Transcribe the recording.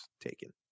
taken